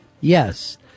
Yes